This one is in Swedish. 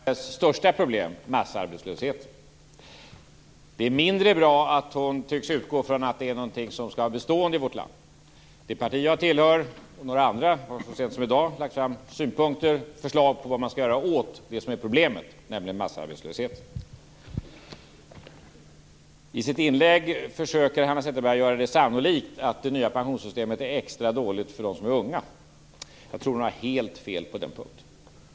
Herr talman! Det är bra att Hanna Zetterberg tar upp vårt samhälles största problem - massarbetslösheten. Det är mindre bra att hon tycks utgå från att det är någonting som skall vara bestående i vårt land. Det parti jag tillhör och några andra har så sent som i dag lagt fram synpunkter och förslag på vad man skall göra åt problemet med massarbetslösheten. I sitt inlägg försöker Hanna Zetterberg göra det sannolikt att det nya pensionssystemet är extra dåligt för dem som är unga. Jag tror att hon har helt fel på den punkten.